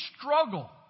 struggle